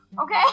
okay